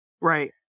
Right